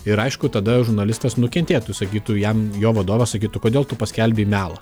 ir aišku tada žurnalistas nukentėtų sakytų jam jo vadovas sakytų kodėl tu paskelbei melą